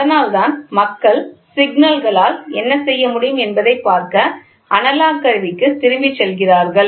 அதனால்தான் மக்கள் சிக்னல்களால் என்ன செய்ய முடியும் என்பதைப் பார்க்க அனலாக் கருவிக்கு திரும்பிச் செல்கிறார்கள்